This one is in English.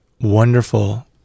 wonderful